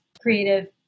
creative